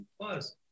Plus